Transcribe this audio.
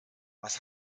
was